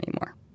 anymore